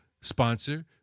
sponsor